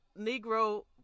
Negro